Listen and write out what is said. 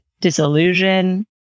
disillusion